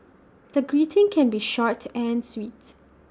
the greeting can be short and sweet